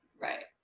Right